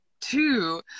two